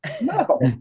No